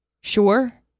sure